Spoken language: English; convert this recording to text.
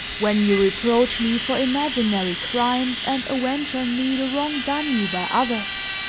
when you reproach me for imaginary crimes and avenge on me the wrong done you by others,